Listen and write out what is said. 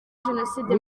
jenoside